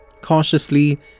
Cautiously